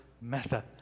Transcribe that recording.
method